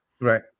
right